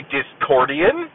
Discordian